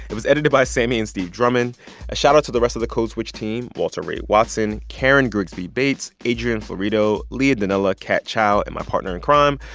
it was edited by sami and steve drummond. and ah shout-out to the rest of the code switch team walter ray watson, karen grigsby bates, adrian florido, leah donnella, kat chow and my partner in crime,